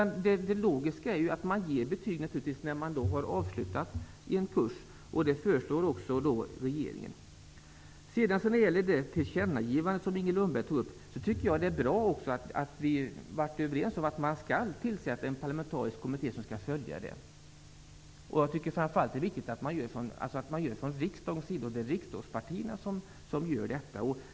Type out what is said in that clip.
Det logiska är att man ger betyg när kursen är avslutad. Det föreslår också regeringen. Inger Lundberg talade om ett tillkännagivande. Jag tycker att det är bra att vi har varit överens om att en parlamentarisk kommitté skall tillsättas för att följa frågan. Det är framför allt viktigt att det är riksdagspartierna som gör detta.